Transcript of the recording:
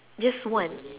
just one